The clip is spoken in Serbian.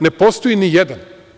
Ne postoji nijedan.